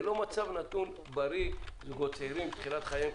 זה לא מצב נתון בריא לזוגות צעירים בתחילת חייהם,